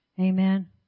Amen